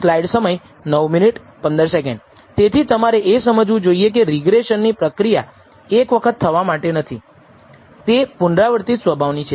તેથી તમારે એ સમજવું જોઈએ કે રિગ્રેસન ની પ્રક્રિયા એક વખત થવા માટે નથી તે પુનરાવર્તિત સ્વભાવની છે